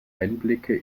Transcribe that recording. einblicke